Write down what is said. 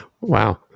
Wow